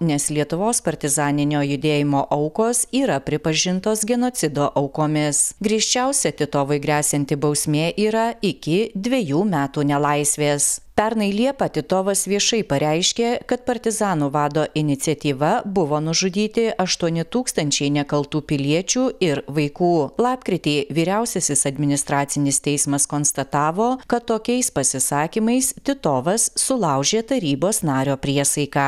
nes lietuvos partizaninio judėjimo aukos yra pripažintos genocido aukomis griežčiausia titovui gresianti bausmė yra iki dvejų metų nelaisvės pernai liepą titovas viešai pareiškė kad partizanų vado iniciatyva buvo nužudyti aštuoni tūkstančiai nekaltų piliečių ir vaikų lapkritį vyriausiasis administracinis teismas konstatavo kad tokiais pasisakymais titovas sulaužė tarybos nario priesaiką